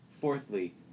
Fourthly